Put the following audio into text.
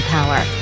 Power